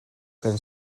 kan